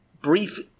brief